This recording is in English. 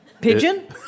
Pigeon